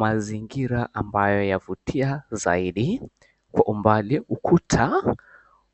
Mazingira ambayo yavutia zaidi, kwa umbali ukuta